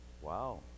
wow